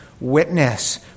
witness